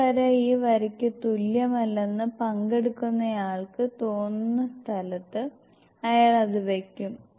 ഈ വര ഈ വരക്ക് തുല്യമല്ലെന്ന് പങ്കെടുക്കുന്നയാൾക്ക് തോന്നുന്ന സ്ഥലത്ത് അയാൾ അത് വെക്കും